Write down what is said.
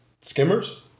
Skimmers